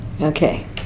Okay